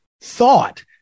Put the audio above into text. thought